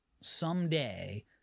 someday